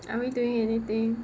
and we doing anything